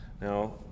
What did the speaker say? Now